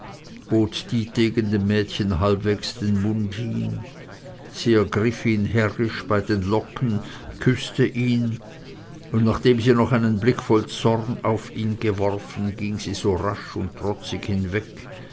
dietegen dem mädchen halbwegs den mund hin sie ergriff ihn herrisch bei den locken küßte ihn und nachdem sie noch einen blick voll zorn auf ihn geworfen ging sie so rasch und trotzig hinweg